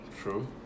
true